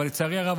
אבל לצערי הרב,